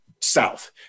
south